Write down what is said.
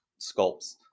sculpts